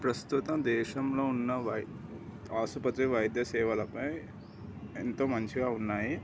ప్రస్తుత దేశంలో ఉన్న వై ఆసుపత్రి వైద్యసేవలపై ఎంతో మంచిగా ఉన్నాయి